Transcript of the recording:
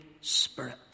Spirit